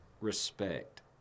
respect